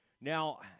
Now